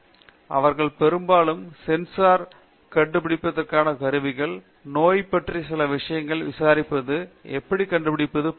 பேராசிரியர் சத்யநாராயணன் என் கும்மாடி எனவே அவர்கள் பெரும்பாலும் சென்சார் கண்டுபிடிப்பதற்கான கருவிகள் நோய் பன்றி சில விஷயங்களை விசாரிப்பது எப்படி கண்டு பிடிப்பது போன்றவை